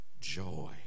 joy